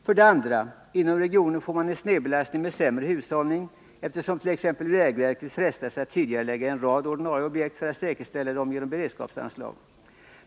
För det andra: Inom regionen får man en snedbelastning med sämre hushållning, eftersom t.ex. vägverket frestas att tidigarelägga en rad ordinarie objekt för att säkerställa dem genom beredskapsanslag.